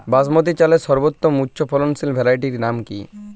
বাসমতী চালের সর্বোত্তম উচ্চ ফলনশীল ভ্যারাইটির নাম কি?